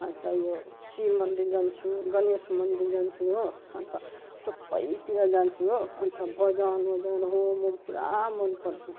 अन्त यो शिव मन्दिर जान्छु गणेश मन्दिर जान्छु हो अन्त सबैतिर जान्छु हो अन्त भजनओजन होमओम पुरा मनपर्छ